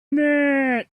minute